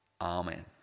Amen